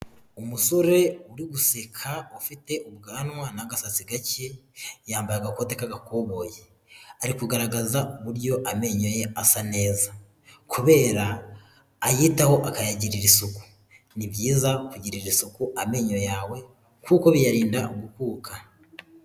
Umusore uri guseka, ufite ubwanwa n'agasatsi gake, yambaye agakote k'agakoboyi. Ari kugaragaza uburyo amenyo ye asa neza. Kubera ayitaho, akayagirira isuku. Ni byiza kugirira isuku amenyo yawe, kuko biyarinda gukuka.